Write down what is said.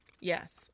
Yes